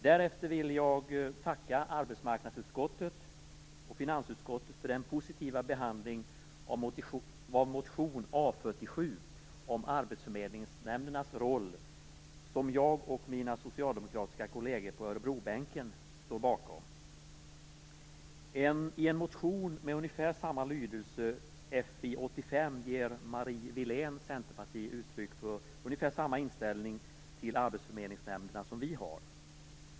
Därefter vill jag tacka arbetsmarknadsutskottet och finansutskottet för den positiva behandlingen av motion A47 om arbetsförmedlingsnämndernas roll, väckt av mig och mina socialdemokratiska kolleger på Marie Wilén, Centerpartiet, uttryck för en liknande inställning till arbetsförmedlingsnämnderna som den vi har.